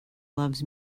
loves